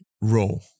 role